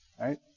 right